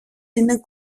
είναι